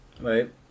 Right